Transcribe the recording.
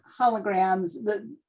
holograms